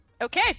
Okay